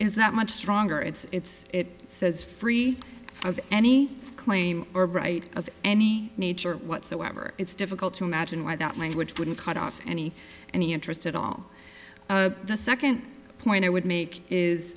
that much stronger it's it says free of any claim or right of any nature whatsoever it's difficult to imagine why that language wouldn't cut off any any interest at all the second point i would make is